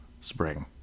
spring